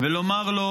ולומר לו: